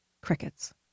crickets